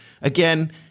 Again